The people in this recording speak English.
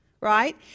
right